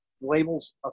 labels